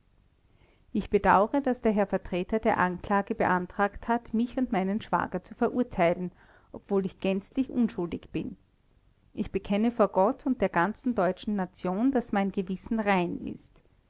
ich bedauere daß der herr vertreter der anklage beantragt hat mich und meinen schwager zu verurteilen obwohl ich gänzlich unschuldig bin ich bekenne vor gott und der ganzen deutschen nation daß mein gewissen rein ist